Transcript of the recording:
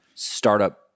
Startup